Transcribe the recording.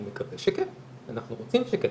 אני מקווה שכן, אנחנו רוצים שכן.